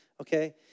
Okay